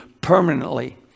permanently